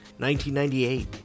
1998